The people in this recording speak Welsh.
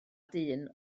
dyn